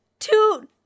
Two